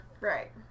right